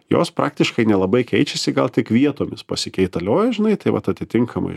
jos praktiškai nelabai keičiasi gal tik vietomis pasikeitalioja žinai tai vat atitinkamai